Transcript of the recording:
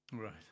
Right